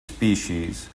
species